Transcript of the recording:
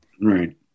Right